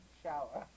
shower